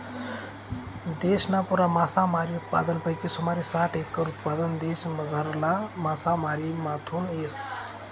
देशना पुरा मासामारी उत्पादनपैकी सुमारे साठ एकर उत्पादन देशमझारला मासामारीमाथून येस